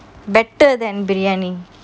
better than biryani